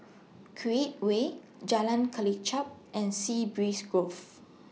Create Way Jalan Kelichap and Sea Breeze Grove